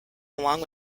along